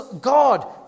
God